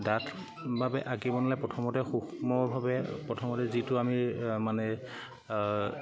ডাঠ বাবে আঁকিব নালাগে প্ৰথমতে সূক্ষ্মভাৱে প্ৰথমতে যিটো আমি মানে